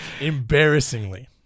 Embarrassingly